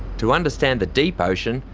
to understand the deep ocean,